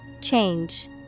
Change